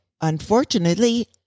unfortunately